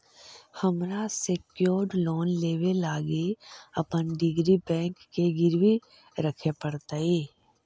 हमरा secured loan लेबे लागी अपन डिग्री बैंक के गिरवी रखे पड़तई